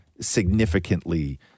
significantly